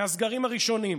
מהסגרים הראשונים,